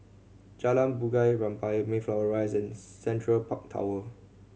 Jalan Bunga Rampai Mayflower Rise and Central Park Tower